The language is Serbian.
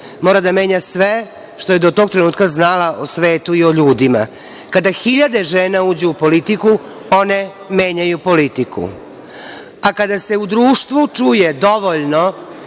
mora da menja sve što je do tog trenutka znala o svetu i o ljudima. Kada hiljade žena uđu u politiku, one menjaju politiku, a kada se u društvu čuje dovoljno